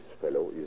fellow